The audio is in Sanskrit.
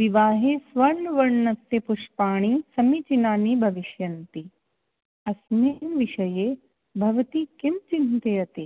विवाहे स्वर्ण्वर्णस्य पुष्पाणि समीचीनानि भविष्यन्ति अस्मिन् विषये भवती किं चिन्तयति